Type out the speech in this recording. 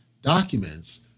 documents